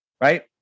right